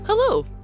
Hello